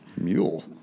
Mule